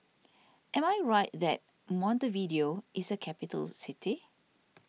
am I right that Montevideo is a capital city